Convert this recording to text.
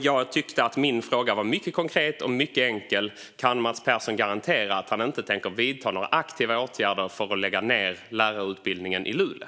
Jag tyckte att min fråga var mycket konkret och enkel: Kan Mats Persson garantera att han inte tänker vidta några aktiva åtgärder för att lägga ned lärarutbildningen i Luleå?